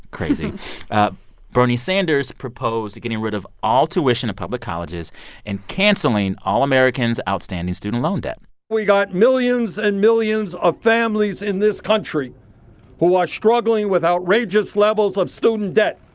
crazy bernie sanders proposed getting rid of all tuition at public colleges and canceling all americans' outstanding student loan debt we got millions and millions of families in this country who are struggling with outrageous levels of student debt.